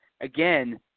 again